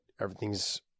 everything's